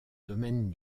domaine